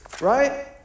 right